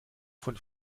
von